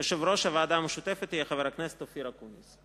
יושב-ראש הוועדה המשותפת יהיה חבר הכנסת אופיר אקוניס.